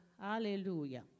hallelujah